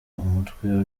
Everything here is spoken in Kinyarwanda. umutwe